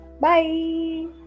Bye